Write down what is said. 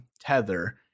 Tether